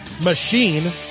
Machine